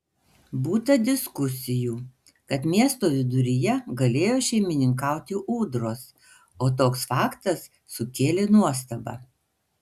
būta diskusijų kad miesto viduryje galėjo šeimininkauti ūdros o toks faktas sukėlė nuostabą